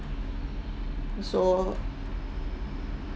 so